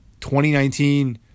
2019